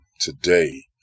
today